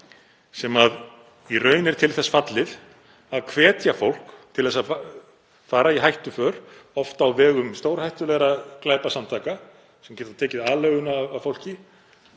sem í raun er til þess fallið að hvetja fólk til að fara í hættuför, oft á vegum stórhættulegra glæpasamtaka sem geta tekið aleiguna af fólki,